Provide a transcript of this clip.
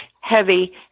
heavy